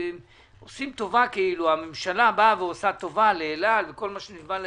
הממשלה עושה טובה כאילו לאל על וכל מה שנלווה לעניין.